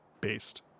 based